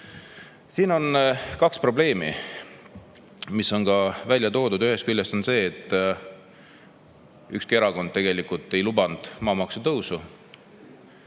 Siin on kaks probleemi, mis on ka välja toodud. Ühest küljest on see, et ükski erakond ei lubanud maamaksu tõusu,